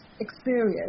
experience